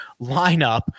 lineup